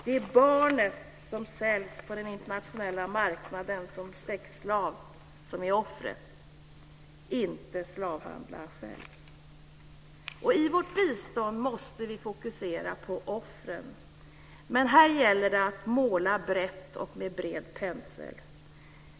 Det är barnet som säljs på den internationella marknaden som sexslav som är offret, inte slavhandlaren själv. I vårt bistånd måste vi fokusera på offren, men här gäller det att måla brett och med bred pensel.